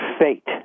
fate